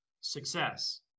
Success